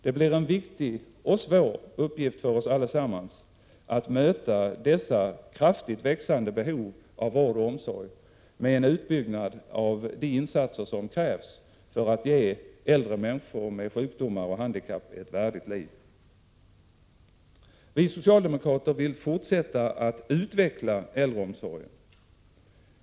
Det blir en viktig och svår uppgift för oss alla att möta dessa kraftigt växande behov av vård och omsorg med en utökning av de insatser som krävs för att ge äldre människor med sjukdomar och handikapp ett värdigt liv. Vi socialdemokrater vill fortsätta att utveckla äldreomsorgen.